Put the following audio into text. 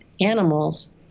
animals